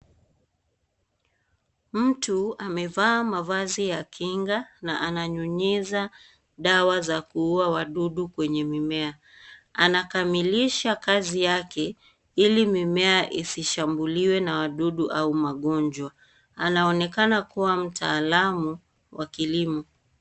Mtu amevaa mavazi ya kinga na ananyunyiza dawa za kuua wadudu kwenye mimea. Anakamilisha kazi yake ili mimea isishambuliwe na wadudu au magonjwa, anaonekana kuwa mtaalamu wa kilimo.